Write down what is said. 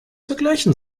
vergleichen